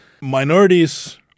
minorities